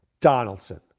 Donaldson